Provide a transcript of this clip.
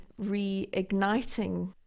reigniting